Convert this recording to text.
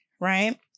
right